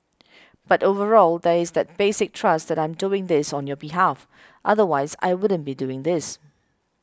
but overall there is that basic trust that I'm doing this on your behalf otherwise I wouldn't be doing this